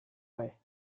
way